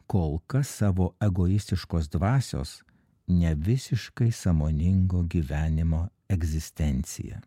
kol kas savo egoistiškos dvasios ne visiškai sąmoningo gyvenimo egzistenciją